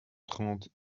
trente